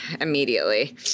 immediately